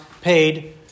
paid